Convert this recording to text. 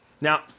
Now